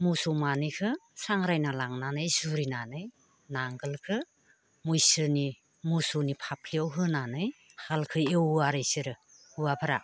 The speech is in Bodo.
मोसौ मानैखौ सांग्रायना लांनानै जुरिनानै नांगोलखौ मैसोनि मोसौनि फाफ्लियाव होनानै हालखौ एवो आरो बिसोरो हौवाफोरा